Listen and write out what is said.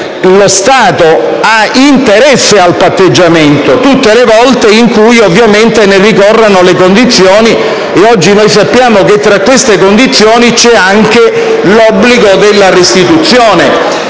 Lo Stato ha interesse al patteggiamento tutte le volte in cui ovviamente ne ricorrano le condizioni, tra le quali oggi sappiamo che c'è anche l'obbligo della restituzione.